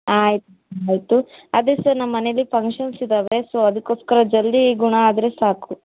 ಹಾಂ ಆಯಿತು ಆಯಿತು ಅದೇ ಸರ್ ನಮ್ಮ ಮನೆಯಲ್ಲಿ ಫಂಕ್ಷನ್ಸಿದ್ದಾವೆ ಸೊ ಅದಕ್ಕೋಸ್ಕರ ಜಲ್ದಿ ಗುಣ ಆದರೆ ಸಾಕು